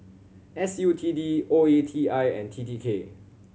S U T D O E T I and T T K